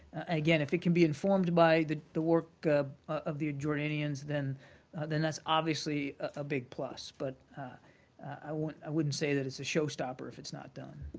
again, if it can be informed by the the work of the jordanians, then then that's obviously a big plus. but i wouldn't wouldn't say that it's a showstopper if it's not done.